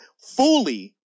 fully